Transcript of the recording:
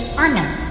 honor